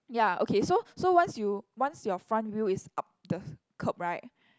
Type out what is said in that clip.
ya okay so so once you once your front wheel is up the curb right